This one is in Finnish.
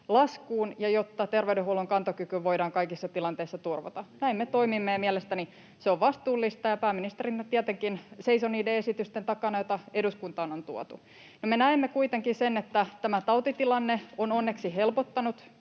laskuun ja jotta terveydenhuollon kantokyky voidaan kaikissa tilanteissa turvata. Näin me toimimme, ja mielestäni se on vastuullista. Pääministerinä tietenkin seison niiden esitysten takana, joita eduskuntaan on tuotu. No, me näemme kuitenkin sen, että tämä tautitilanne on onneksi helpottanut